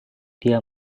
dia